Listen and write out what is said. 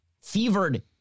fevered